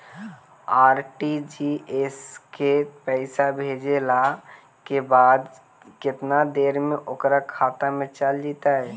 RTGS से पैसा भेजला के बाद केतना देर मे ओकर खाता मे चल जितै?